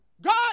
God